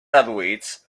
reduïts